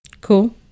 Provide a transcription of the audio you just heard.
Cool